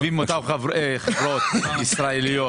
אותן חברות ישראליות